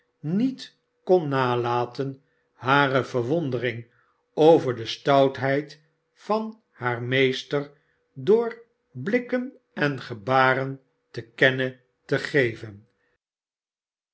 niet kon nalaten hare verwondering over de stoutheid van haar meester door blikken en gebaren te kennen te geven